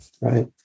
Right